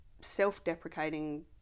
self-deprecating